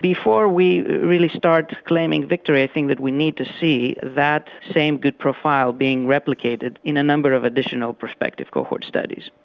before we really start claiming victory i think we need to see that same good profile being replicated in a number of additional prospective cohort studies.